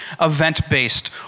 event-based